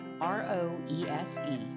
R-O-E-S-E